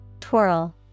Twirl